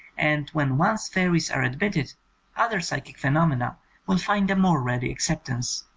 and when once fairies are admitted other psychic phenomena will find a more ready acceptance.